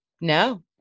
No